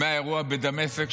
מהאירוע בדמשק,